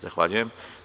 Zahvaljujem.